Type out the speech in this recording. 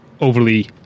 overly